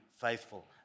faithful